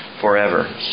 forever